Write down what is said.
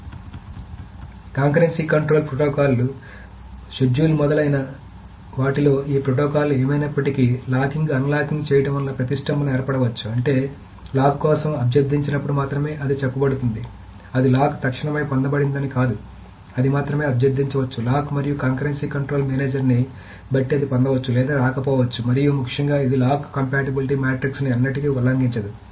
కాబట్టి concurrency control ప్రోటోకాల్లు schedule మొదలైన వాటిలో ఈ ప్రోటోకాల్ ఏమైనప్పటికీ లాకింగ్ అన్లాక్ చేయడం వలన ప్రతిష్టంభన ఏర్పడవచ్చు అంటే లాక్ కోసం అభ్యర్థించినప్పుడు మాత్రమే అది చెప్పబడుతుంది అది లాక్ తక్షణమే పొందబడిందని కాదు అది మాత్రమే అభ్యర్థించవచ్చు లాక్ మరియు కాంకరెన్సీ కంట్రోల్ మేనేజర్ ని బట్టి అది పొందవచ్చు లేదా రాకపోవచ్చు మరియు ముఖ్యంగా ఇది లాక్ కంపాటిబిలిటీ మాట్రిక్స్ ను ఎన్నటికీ ఉల్లంఘించదు